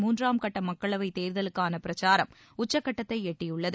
மூன்றாம் கட்ட மக்களவை தேர்தலுக்கான பிரச்சாரம் உச்சக்கட்டத்தை எட்டியுள்ளது